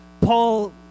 Paul